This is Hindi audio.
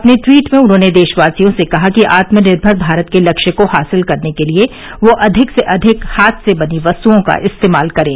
अपने ट्वीट में उन्होंने देशवासियों से कहा कि आत्मनिर्भर भारत के लक्ष्य को हासिल करने के लिए वे अधिक से अधिक हाथ से बनी वस्तुओं का इस्तेमाल करें